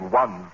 one